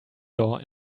door